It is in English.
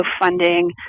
funding